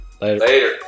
Later